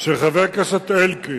של חבר הכנסת אלקין,